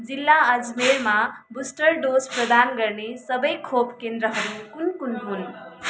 जिल्ला अजमेरमा booster dose प्रदान गर्ने सबै खोप केन्द्रहरू कुन कुन हुन्